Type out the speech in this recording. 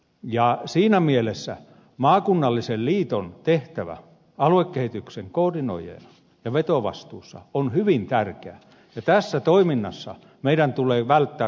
ja siinä mielessä maakunnallisen liiton tehtävä aluekehityksen koordinoijana ja vetovastuussa on hyvin tärkeä ja tässä toiminnassa meidän tulee välttää kaikkea vastakkainasettelua